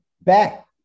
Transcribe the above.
back